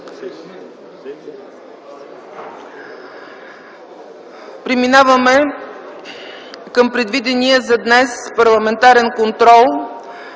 Преминаваме към предвидения за днес парламентарен контрол.